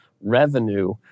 revenue